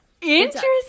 Interesting